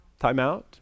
timeout